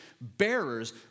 bearers